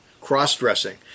cross-dressing